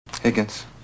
Higgins